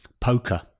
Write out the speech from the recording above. poker